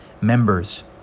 members